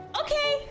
Okay